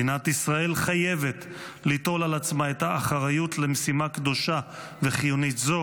מדינת ישראל חייבת ליטול על עצמה את האחריות למשימה קדושה וחיונית זו,